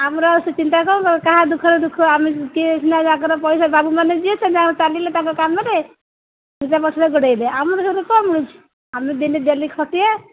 ଆମର ସେ ଚିନ୍ତା କାହା ଦୁଃଖରେ ଦୁଃଖ ଆମେ କିଏ ୟା'ଙ୍କର ପଇସା ବାବୁମାନେ ଯିଏ ସେ ଚାଲିଲେ ତାଙ୍କ କାମରେ ଦୁଇ'ଟା ପଛରେ ଗୋଡ଼େଇବେ ଆମର ସବୁ କମ୍ ମିଳୁଛି ଆମେ ଯଦି ଦିନେ ଖଟିବା